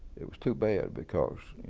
it was too bad because,